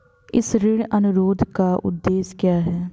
इस ऋण अनुरोध का उद्देश्य क्या है?